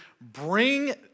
bring